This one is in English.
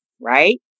right